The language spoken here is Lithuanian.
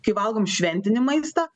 kai valgom šventinį maistą